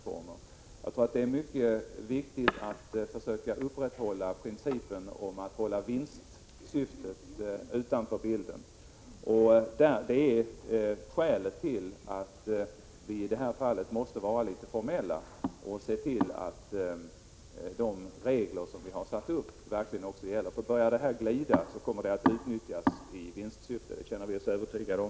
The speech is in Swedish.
Jag tror att det är mycket viktigt att försöka upprätthålla principen att hålla vinstsyftet utanför bilden. Det är skälet till att vi i detta fall måste vara litet formella och se till att de regler vi har satt upp verkligen också gäller. Börjar det bli en glidning därvidlag kommer det att utnyttjas i vinstsyfte. Det känner vi oss övertygade om.